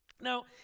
Now